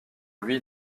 lui